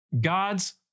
God's